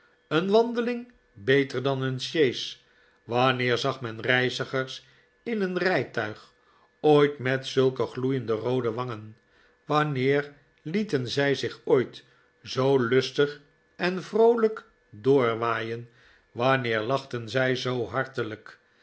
een wandeling beter dan een sjees wanneer zag men reizigers in een rijtuig ooit met zulke gloeiende roode wangen wanneer lieten zij zich ooit zoo lustig en vroolijk doorwaaien wanneer lachten zij zoo hartelijk